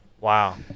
Wow